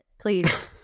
please